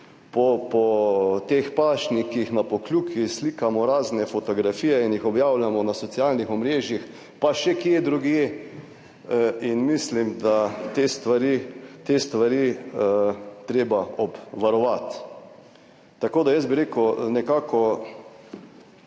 po teh pašnikih na Pokljuki, slikamo razne fotografije in jih objavljamo na socialnih omrežjih pa še kje drugje in mislim, da je te stvari treba obvarovati. Tako da jaz bi rekel nekako,